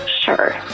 Sure